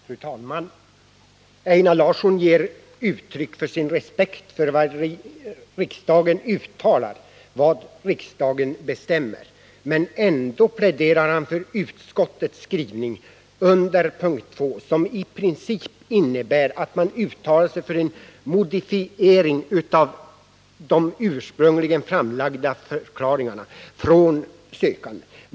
Fru talman! Einar Larsson ger uttryck för sin respekt för vad riksdagen uttalar och beslutar, men ändå pläderar han för utskottets skrivning under mom. 2, som princip innebär att utskottet uttalar sig för en modifiering av de ursprungligen framlagda förklaringarna från sökanden.